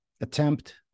attempt